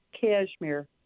Cashmere